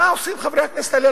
מה עושים חברי הכנסת האלה?